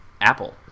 apple